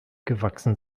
gewachsen